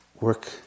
work